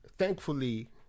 Thankfully